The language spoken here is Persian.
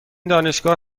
دانشگاه